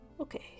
Okay